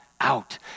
out